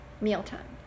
Mealtime